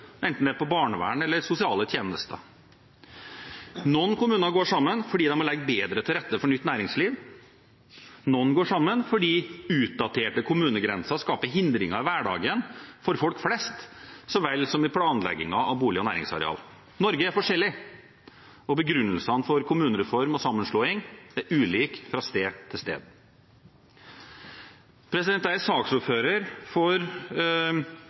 enten det gjelder barnevern eller sosiale tjenester. Noen kommuner går sammen fordi de må legge bedre til rette for nytt næringsliv. Noen går sammen fordi utdaterte kommunegrenser skaper hindringer i hverdagen for folk flest så vel som i planleggingen av bolig- og næringsareal. Norge er forskjellig, og begrunnelsene for kommunereform og sammenslåing er ulike fra sted til sted. Jeg er saksordfører for